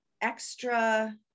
extra